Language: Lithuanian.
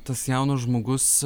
tas jaunas žmogus